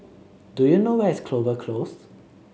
do you know where is Clover Close